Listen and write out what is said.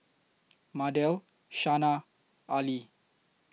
Mardell Shana Arley